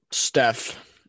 Steph